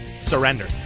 surrender